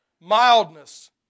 mildness